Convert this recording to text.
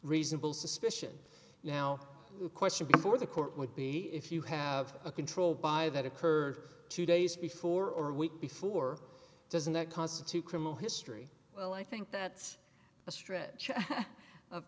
reasonable suspicion now the question before the court would be if you have a control buy that occurred two days before or a week before doesn't that constitute criminal history well i think that's a stretch of